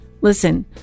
Listen